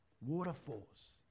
waterfalls